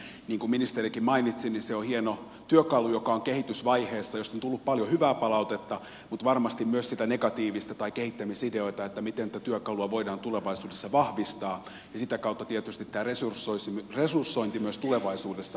niin kuin ministerikin mainitsi se on hieno työkalu joka on kehitysvaiheessa ja josta on tullut paljon hyvää palautetta mutta varmasti myös sitä negatiivista palautetta tai kehittämisideoita miten tätä työkalua voidaan tulevaisuudessa vahvistaa ja sitä kautta tietysti tämä resursointi myös tulevaisuudessa on tärkeää